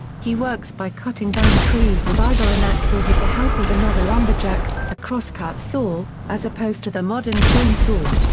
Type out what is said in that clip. he works by cutting down trees with either an axe or with the help of another lumberjack, a crosscut but saw, as opposed to the modern chainsaw.